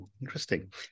Interesting